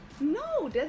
no